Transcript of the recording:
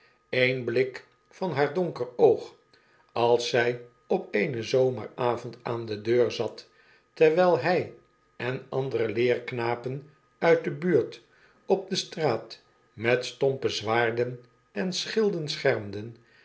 een blik van haar donker oog als zjj op eenen zomeravond aan de deur zat terwyl hy en andere leerknapen uit de huurt op de straat met stompe zwaarden en schilden schermden